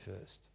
first